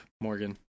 Morgan